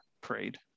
prayed